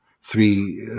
three